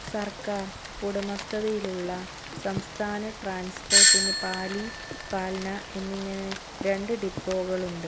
സർക്കാർ ഉടമസ്ഥതയിലുള്ള സംസ്ഥാന ട്രാൻസ്പോർട്ടിന് പാലി ഫാൽന എന്നിങ്ങനെ രണ്ട് ഡിപ്പോകളുണ്ട്